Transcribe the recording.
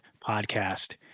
Podcast